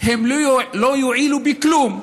לא יועילו בכלום,